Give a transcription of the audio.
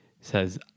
says